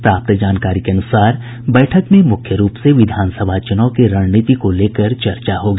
प्राप्त जानकारी के अनुसार बैठक में मुख्य रूप से विधान सभा चुनाव की रणनीति को लेकर चर्चा होगी